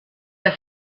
der